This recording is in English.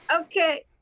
Okay